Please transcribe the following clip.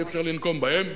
אי-אפשר לנקום בהם,